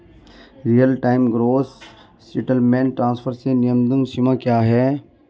Real time gross settlement transfer में न्यूनतम सीमा क्या है?